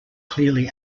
clearly